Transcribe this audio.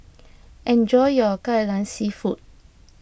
enjoy your Kai Lan Seafood